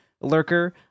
lurker